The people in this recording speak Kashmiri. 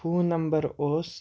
فون نَمبر اوس